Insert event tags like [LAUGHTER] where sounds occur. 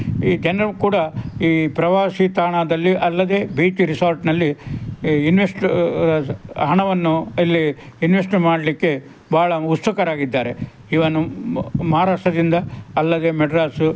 ಈ [UNINTELLIGIBLE] ಕೂಡ ಈ ಪ್ರವಾಸಿ ತಾಣದಲ್ಲಿ ಅಲ್ಲದೆ ಬೀಚ್ ರಿಸಾರ್ಟ್ನಲ್ಲಿ ಇನ್ವೆಸ್ಟು ಹಣವನ್ನು ಇಲ್ಲಿ ಇನ್ವೆಸ್ಟು ಮಾಡಲಿಕ್ಕೆ ಭಾಳ ಉತ್ಸುಕರಾಗಿದ್ದಾರೆ ಈವನ್ ಮಹಾರಾಷ್ಟ್ರದಿಂದ ಅಲ್ಲದೆ ಮದ್ರಾಸು